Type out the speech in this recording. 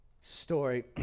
story